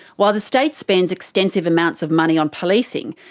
while the state spends extensive amounts of money on policing,